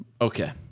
Okay